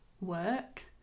work